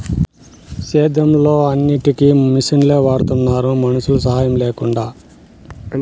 సేద్యంలో అన్నిటికీ మిషనులే వాడుతున్నారు మనుషుల సాహాయం లేకుండా